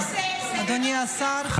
אדוני השר, מה זה?